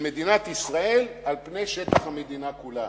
מדינת ישראל על פני שטח המדינה כולה.